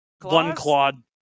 One-clawed